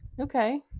okay